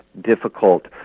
difficult